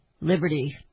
Liberty